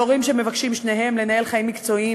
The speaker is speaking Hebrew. להורים שמבקשים שניהם לנהל חיים מקצועיים